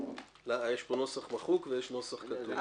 יש פה נוסח מחוק ויש נוסח כתוב.